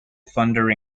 thunder